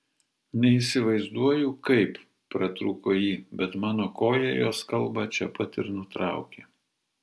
neįsivaizduoju kaip pratrūko ji bet mano koja jos kalbą čia pat ir nutraukė